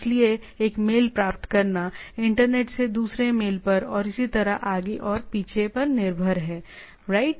इसलिए एक मेल प्राप्त करना इंटरनेट से दूसरे मेल पर और इसी तरह आगे और पीछे पर निर्भर हैराइट